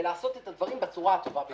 ולעשות את הדברים בצורה הטובה ביותר.